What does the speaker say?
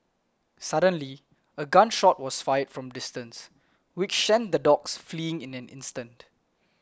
suddenly a gun shot was fired from a distance which sent the dogs fleeing in an instant